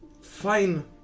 fine